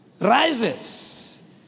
Rises